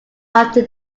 after